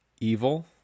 Evil